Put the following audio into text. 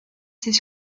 ses